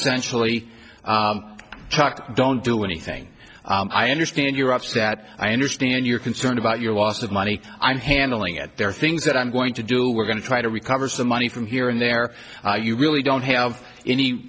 essentially don't do anything i understand you're upset i understand your concern about your loss of money i'm handling it there are things that i'm going to do we're going to try to recover some money from here and there you really don't have any